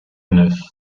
neuf